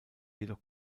jedoch